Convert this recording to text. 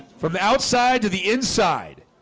from the outside to the inside